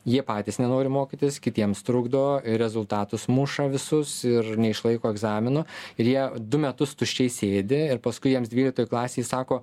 jie patys nenori mokytis kitiems trukdo rezultatus muša visus ir neišlaiko egzaminų ir jie du metus tuščiai sėdi ir paskui jiems dvyliktoj klasėj sako